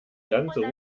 ganze